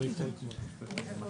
24 או 23?